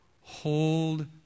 Hold